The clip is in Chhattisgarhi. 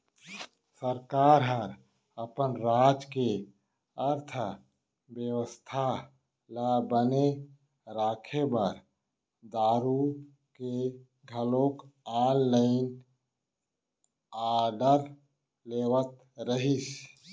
सरकार ह अपन राज के अर्थबेवस्था ल बने राखे बर दारु के घलोक ऑनलाइन आरडर लेवत रहिस